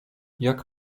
jak